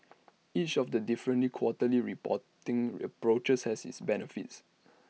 each of the differently quarterly reporting approaches has its benefits